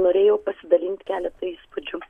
norėjau pasidalint keleta įspūdžių